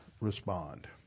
respond